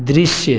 दृश्य